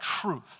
truth